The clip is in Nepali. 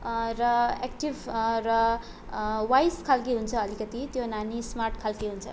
र एक्टिभ र वाइज खालको हुन्छ अलिकति त्यो नानी स्मार्ट खालेको हुन्छ